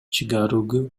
чыгарууга